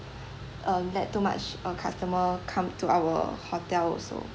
um let too much uh customer come to our hotel also